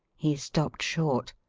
he stopped short,